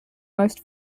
most